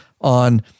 on